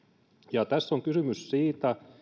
ja tässä on kysymys siitä